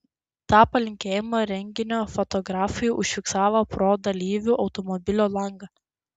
tą palinkėjimą renginio fotografai užfiksavo pro dalyvių automobilio langą